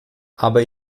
aber